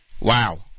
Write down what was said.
Wow